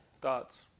thoughts